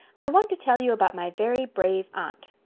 i want to tell you about my very brave aunt.